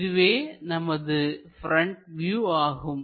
இதுவே நமது front view ஆகும்